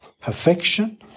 perfection